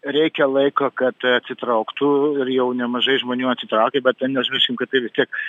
reikia laiko kad atsitrauktų ir jau nemažai žmonių atsitraukė bet neužmirškim kad tai vis tiek